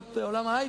נציגם של העובדים,